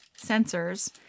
sensors